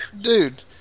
dude